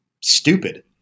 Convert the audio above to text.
stupid